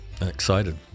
excited